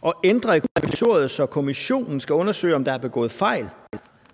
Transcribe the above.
og ændre i kommissoriet, så kommissionen skal undersøge, om der er begået fejl,